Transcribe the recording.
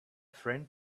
friend